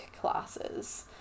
classes